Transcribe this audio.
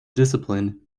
discipline